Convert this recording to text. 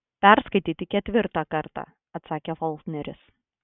perskaityti ketvirtą kartą atsakė faulkneris